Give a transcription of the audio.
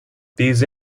these